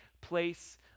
place